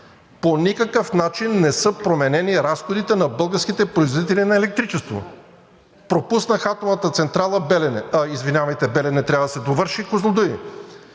по никакъв начин не са променени разходите на българските производители на електричество. Пропуснах атомната централа „Белене“ – „Козлодуй, извинявайте, „Белене“ трябва да се довърши. Но